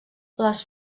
les